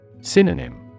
Synonym